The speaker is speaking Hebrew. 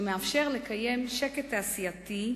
שמאפשר לקיים שקט תעשייתי,